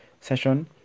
session